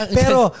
pero